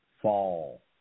fall